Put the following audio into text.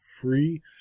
free